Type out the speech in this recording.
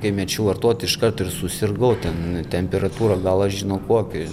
kai mečiau vartoti iškart ir susirgau ten temperatūra galas žino kokia